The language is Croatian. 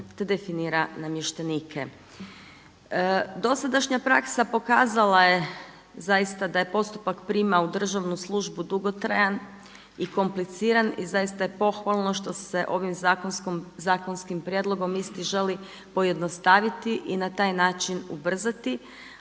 te definira namještenike. Dosadašnja praksa pokazala je zaista da je postupak prijema u državnu službu dugotrajan i kompliciran i zaista je pohvalno što se ovim zakonskim prijedlogom isti želi pojednostaviti i na taj način ubrzati,